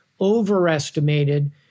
overestimated-